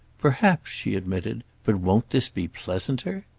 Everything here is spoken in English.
perhaps, she admitted. but won't this be pleasanter?